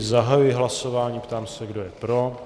Zahajuji hlasování a ptám se, kdo je pro.